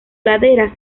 ladera